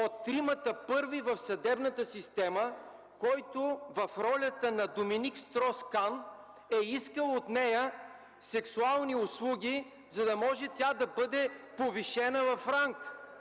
от тримата първи в съдебната система, който в ролята на Доминик Строс-Кан е искал от нея сексуални услуги, за да може тя да бъде повишена в ранг.